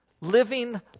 living